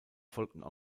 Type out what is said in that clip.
folgten